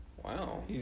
Wow